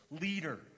leader